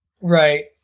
Right